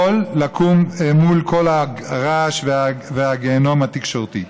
לקום מול כל הרעש והגיהינום התקשורתי.